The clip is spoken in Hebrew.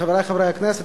חברי חברי הכנסת,